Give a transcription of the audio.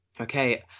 Okay